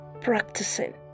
practicing